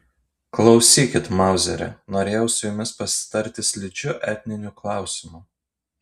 klausykit mauzeri norėjau su jumis pasitarti slidžiu etniniu klausimu